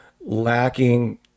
lacking